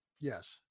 yes